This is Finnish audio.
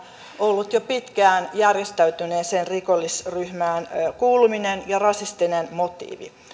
ollut jo pitkään järjestäytyneeseen rikollisryhmään kuuluminen ja rasistinen motiivi